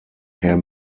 herr